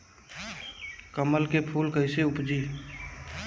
कमल के फूल कईसे उपजी?